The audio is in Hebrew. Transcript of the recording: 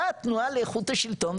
באה התנועה לאיכות השלטון,